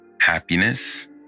Happiness